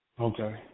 Okay